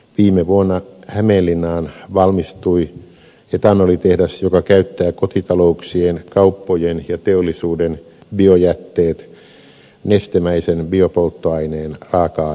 viime vuonna hämeenlinnaan valmistui etanolitehdas joka käyttää kotitalouksien kauppojen ja teollisuuden biojätteet nestemäisen biopolttoaineen raaka aineeksi